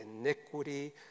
iniquity